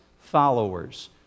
followers